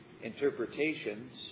interpretations